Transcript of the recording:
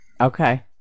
okay